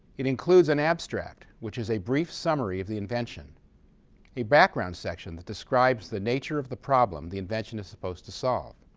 it includes an abstract, which is a brief summary of the invention a background section that describes the nature of the problem the invention is supposed to solve